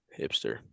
hipster